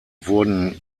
wurden